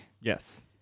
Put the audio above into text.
Yes